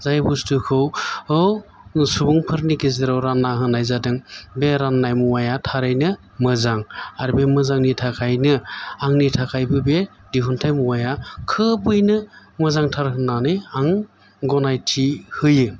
जाय बस्थुखौ सुबुंफोरनि गेजेराव रानना होनाय जादों बे राननाय मुवाया थारैनो मोजां आरो बे मोजांनि थाखायनो आंनि थाखायबो बे दिहुनथाय मुवाया खोबैनो मोजांथार होननानै आं गनायथि होयो